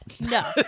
No